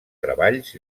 treballs